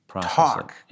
talk